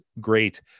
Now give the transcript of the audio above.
great